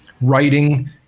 writing